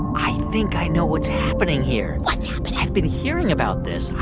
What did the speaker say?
i think i know what's happening here what's happening? i've been hearing about this.